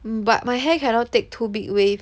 hmm but my hair cannot take too big wave